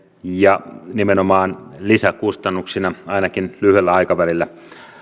ja nimenomaan lisäkustannuksina ainakin lyhyellä aikavälillä